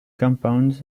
compounds